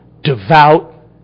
Devout